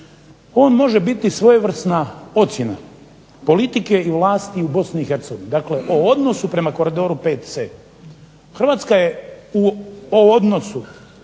on može biti svojevrsna ocjena politike i vlasti u BiH, dakle o odnosu prema koridoru VC. Hrvatska je u odnosu,